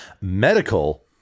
Medical